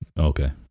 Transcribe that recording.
okay